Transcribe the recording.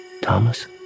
Thomas